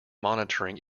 monitoring